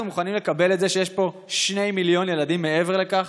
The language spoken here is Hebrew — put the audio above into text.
אנחנו מוכנים לקבל את זה שיש פה שני מיליון ילדים מעבר לכך